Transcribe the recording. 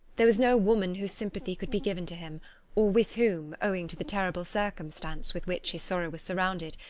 there was no woman whose sympathy could be given to him, or with whom, owing to the terrible circumstance with which his sorrow was surrounded,